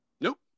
Nope